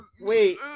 wait